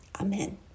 Amen